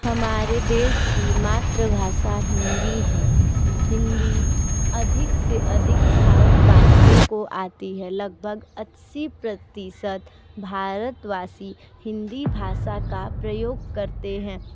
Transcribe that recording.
हमारे देश की मातृभाषा हिंदी है हिंदी अधिक से अधिक भारत वासियों को आती है लगभग अस्सी प्रतिशत भारत वासी हिंदी भाषा का प्रयोग करते हैं